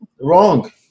Wrong